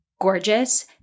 gorgeous